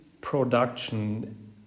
production